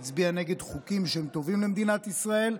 היא הצביעה נגד חוקים שהם טובים למדינת ישראל,